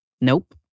Nope